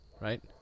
right